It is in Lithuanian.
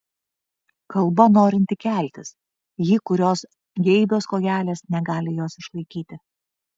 kalba norinti keltis ji kurios geibios kojelės negali jos išlaikyti